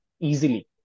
easily